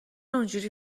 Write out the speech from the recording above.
اونحوری